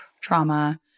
trauma